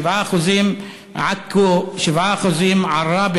7%; עכו,